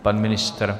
Pan ministr?